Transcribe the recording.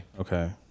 Okay